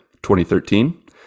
2013